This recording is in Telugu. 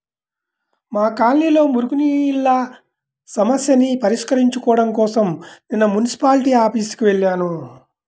మా కాలనీలో మురుగునీళ్ళ సమస్యని పరిష్కరించుకోడం కోసరం నిన్న మున్సిపాల్టీ ఆఫీసుకి వెళ్లాను